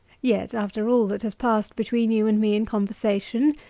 yet, after all that has passed between you and me in conversation,